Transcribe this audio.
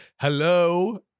hello